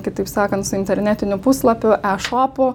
kitaip sakant su internetiniu puslapiu eshopu